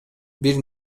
бир